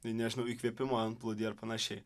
nežinau įkvėpimo antplūdį ar panašiai